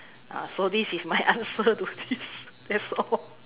ah so this is my answer to this that's all